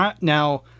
Now